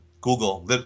Google